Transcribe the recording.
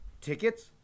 tickets